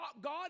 God